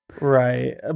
Right